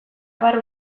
abar